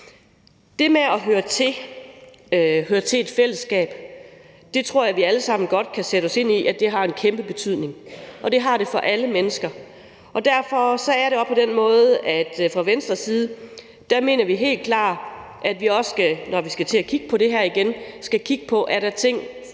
Det med at høre til et fællesskab tror jeg at vi alle sammen kan sætte os ind i har en kæmpe betydning. Det har det for alle mennesker. Det er derfor også sådan, at vi fra Venstres side helt klart mener, at vi, når vi skal til at kigge på det her igen, skal kigge på, om der er ting,